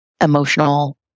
emotional